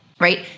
right